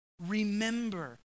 Remember